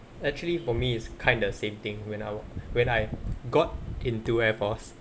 actually for me it's kinda same thing when I wa~ when I got into air force